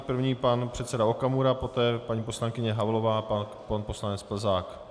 První pan předseda Okamura, poté paní poslankyně Havlová, pak pan poslanec Plzák.